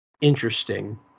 interesting